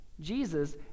Jesus